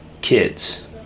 kids